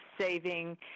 saving